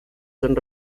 son